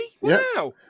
Wow